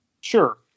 Sure